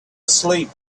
asleep